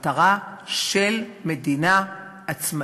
המטרה של מדינה עצמאית.